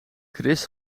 chris